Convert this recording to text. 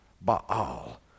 Baal